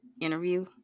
interview